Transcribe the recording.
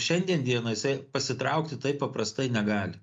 šiandien dienai jisai pasitraukti taip paprastai negali